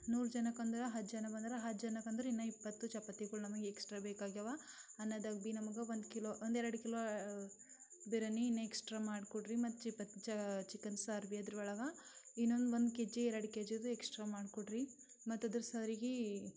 ನೂರು ಜನಕ್ಕೊಂದು ಹತ್ತು ಜನ ಬಂದರೆ ಹತ್ತು ಜನಕ್ಕೆಂದ್ರೆ ಇನ್ನೂ ಇಪ್ಪತ್ತು ಚಪಾತಿಗಳು ನಮಗೆ ಎಕ್ಸ್ಟ್ರಾ ಬೇಕಾಗಿವೆ ಅನ್ನದಾಗೆ ಭೀ ನಮ್ಗೆ ಒಂದು ಕಿಲೋ ಒಂದೆರಡು ಕಿಲೋ ಬಿರಾನಿ ಇನ್ನೂ ಎಕ್ಸ್ಟ್ರಾ ಮಾಡ್ಕೊಡ್ರಿ ಮತ್ತೆ ಚಿಕನ್ ಸಾರು ಭೀ ಅದ್ರೊಳಗೆ ಇನ್ನೊಂದು ಒಂದು ಕೆ ಜಿ ಎರಡು ಕೆಜಿದು ಎಕ್ಸ್ಟ್ರಾ ಮಾಡಿಕೊಡ್ರಿ ಮತ್ತು ಅದ್ರ ಸರಿಗೆ